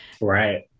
Right